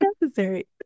necessary